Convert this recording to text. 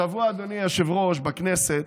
השבוע, אדוני היושב-ראש, בכנסת,